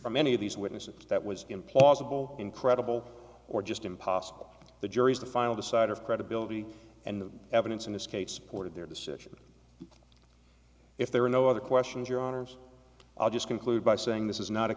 from any of these witnesses that was implausible incredible or just impossible the jury's the final decider of credibility and the evidence in this case supported their decision if there were no other questions your honour's i'll just conclude by saying this is not a